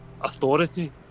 authority